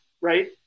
right